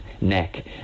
neck